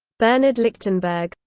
bernhard lichtenberg.